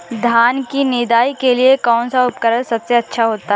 धान की निदाई के लिए कौन सा उपकरण सबसे अच्छा होता है?